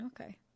Okay